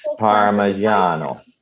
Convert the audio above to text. Parmigiano